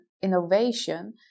innovation